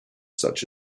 such